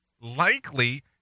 likely